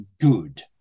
good